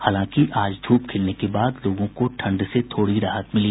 हालांकि आज ध्रप खिलने के बाद लोगों को ठंड से थोड़ी राहत मिली